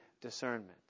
discernment